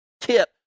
tip